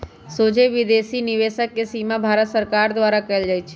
सोझे विदेशी निवेश के सीमा भारत सरकार द्वारा कएल जाइ छइ